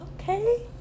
okay